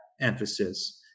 emphasis